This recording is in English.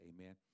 Amen